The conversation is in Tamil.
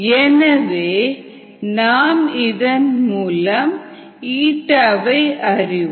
எனவே நாம் ε அறிவோம்